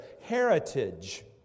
heritage